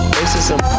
racism